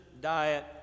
diet